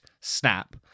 snap